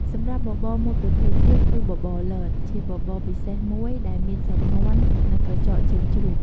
សម្រាប់បបរមួយប្រភេទទៀត គឺ បបរលត ជាបបរពិសេសមួយដែលមាន សាច់មាន់ និងក្រចកជើងជ្រូក។